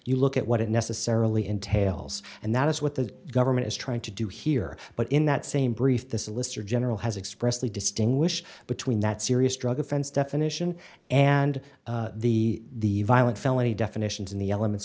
you look at what it necessarily entails and that is what the government is trying to do here but in that same brief the solicitor general has expressly distinguish between that serious drug offense definition and the violent felony definitions in the elements